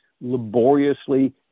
laboriously